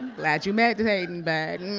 glad you're meditatin', but,